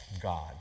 God